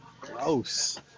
gross